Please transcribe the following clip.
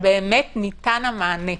שניתן באמת המענה.